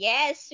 Yes